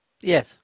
Yes